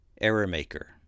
Error-maker